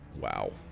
Wow